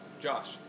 Josh